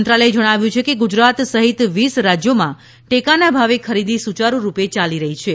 મંત્રાલયે જણાવ્યું કે ગુજરાત સહિત વીસ રાજયોમાં ટેકાના ભાવે ખરિદી સુચારુ રૂપે ચાલી રહી છે